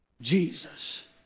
Jesus